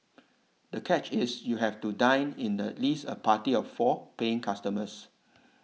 the catch is you have to dine in the least a party of four paying customers